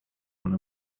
when